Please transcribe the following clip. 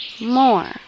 More